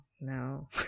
no